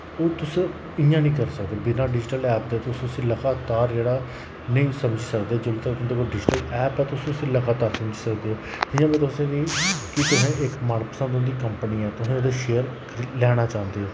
ओह् तुस इ'यां नेई करी सकदे बिना डिजिटल ऐप ते तुस उस्सी लगातार जेह्ड़ा नेईं समझी सकदे जिन्ने तगर तुंदे कोल डिजिटल ऐप तुस उस्सी लगातार समझी सकदे ओ जि'यां में तुस बी इक इक मन पसंद तुंदी कंपनी ऐ तुस ओह्दे शेयर लैना चाह्ंदे ओ